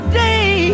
day